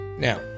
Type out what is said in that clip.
Now